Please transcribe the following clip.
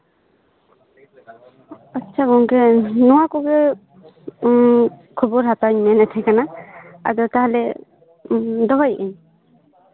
ᱟᱪᱪᱷᱟ ᱜᱚᱝᱠᱮ ᱱᱚᱣᱟ ᱠᱚᱜᱮ ᱩᱸᱜ ᱠᱷᱚᱵᱚᱨ ᱦᱟᱛᱟᱣᱤᱧ ᱢᱮᱱᱮᱫ ᱛᱟᱦᱮᱸ ᱠᱟᱱᱟ ᱟᱫᱚ ᱛᱟᱦᱞᱮ ᱩᱸᱜ ᱫᱚᱦᱚᱭᱮᱫᱟᱹᱧ